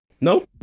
no